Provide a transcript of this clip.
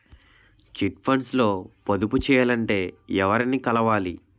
Chit funds లో పొదుపు చేయాలంటే ఎవరిని కలవాలి?